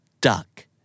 duck